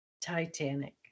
*Titanic*